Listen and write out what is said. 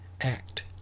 Act